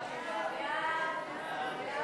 הצעת ועדת